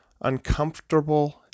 uncomfortable